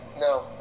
no